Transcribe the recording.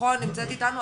בטחון נמצאת איתנו?